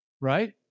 right